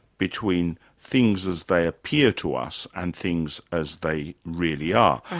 between things as they appear to us and things as they really are.